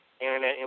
internet